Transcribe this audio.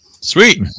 Sweet